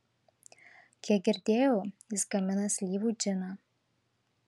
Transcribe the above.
kiek girdėjau jis gamina slyvų džiną